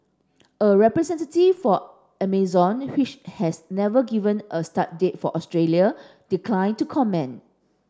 a representative for Amazon which has never given a start date for Australia declined to comment